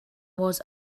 was